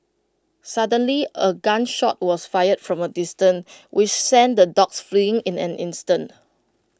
suddenly A gun shot was fired from A distance which sent the dogs fleeing in an instant